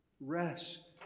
Rest